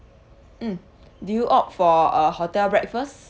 mm do you opt for uh hotel breakfast